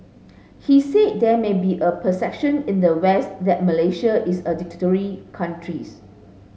he said there may be a perception in the West that Malaysia is a dictatorial countries